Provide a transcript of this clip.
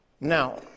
Now